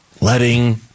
letting